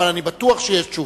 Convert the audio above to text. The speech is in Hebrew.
אבל אני בטוח שיש תשובה.